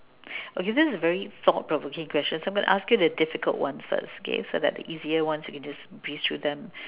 okay this is very thought provoking question so I'm going to ask you the difficult one first okay so that the easier one you can just breeze through them